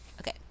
Okay